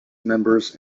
members